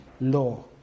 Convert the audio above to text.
law